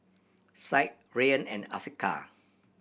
Syed Rayyan and Afiqah